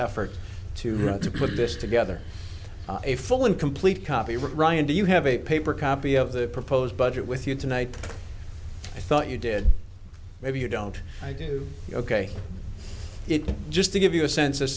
effort to try to put this together a full and complete copy right ryan do you have a paper copy of the proposed budget with you tonight i thought you did maybe you don't i do ok it just to give you a sense as